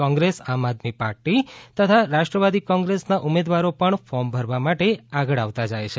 Congress Aam Aadmi Party તથા રાષ્ટ્રવાદી કોંગ્રેસના ઉમેદવારો પણ ફોર્મ ભરવા માટે આગળ આવતા જાય છે